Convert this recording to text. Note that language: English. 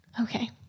Okay